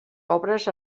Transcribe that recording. obres